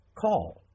Call